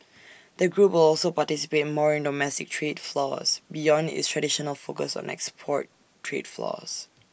the group will also participate more in domestic trade flows beyond its traditional focus on export trade flows